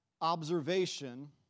observation